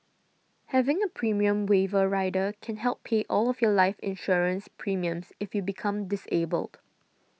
having a premium waiver rider can help pay all of your life insurance premiums if you become disabled